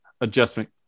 adjustment